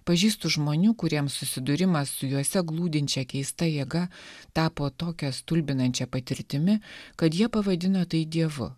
pažįstu žmonių kuriems susidūrimas su juose glūdinčia keista jėga tapo tokia stulbinančia patirtimi kad jie pavadino tai dievu